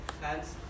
hands